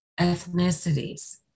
ethnicities